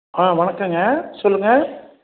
ஆ வணக்கங்க சொல்லுங்கள்